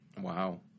Wow